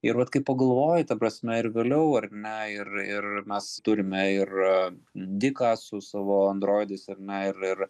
ir vat kai pagalvoji ta prasme ir vėliau ar ne ir ir mes turime ir diką su savo androidais ar ne ir ir